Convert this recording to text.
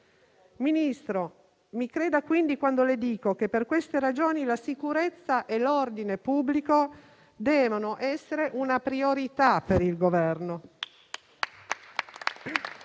Ministro, mi creda quindi quando le dico che per queste ragioni la sicurezza e l'ordine pubblico devono essere una priorità per il Governo.